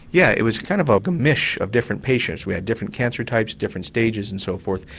yeah it was kind of ah gemisch of different patients. we had different cancer types, different stages and so forth,